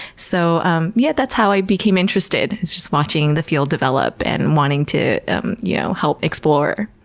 so um yeah that's how i became interested, is just watching the field develop and wanting to um you know help explore.